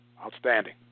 Outstanding